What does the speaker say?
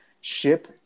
ship